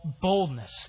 boldness